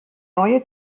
neue